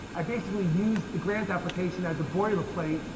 i basically used the grant application as a boilerplate,